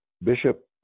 Bishop